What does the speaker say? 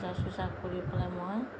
পূজা চোজা কৰি পেলাই মই